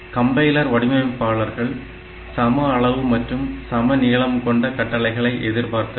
compiler வடிவமைப்பாளர்கள் சமஅளவு மற்றும் சமநீளம் கொண்ட கட்டளைகளை எதிர்பார்த்தனர்